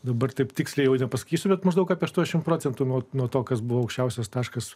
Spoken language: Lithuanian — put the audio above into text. dabar taip tiksliai nepasakysiu bet maždaug aštuoniasdešim procentų nuo nuo to kas buvo aukščiausias taškas